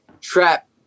trap